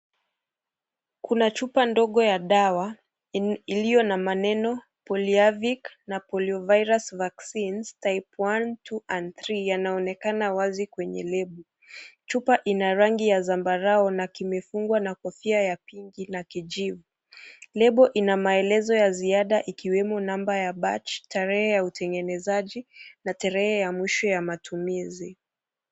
Kuna chupa ndogo ya dawa iliyo na maneno polyafic na polio virus vaccine type 1,2 and 3 yanaonekana wazi kwenye Lebo. Chupa ina rangi ya zambarao na kimefungwa na Kofia ya pinki na kijivu . Lebo ina maelezo ya ziada ikiwemo namba ya baji, tarehe ya utengenezaji na tarehe ya mwisho ya matumizi.